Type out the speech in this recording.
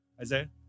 Isaiah